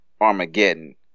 armageddon